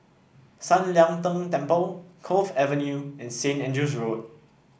San Lian Deng Temple Cove Avenue and Saint Andrew's Road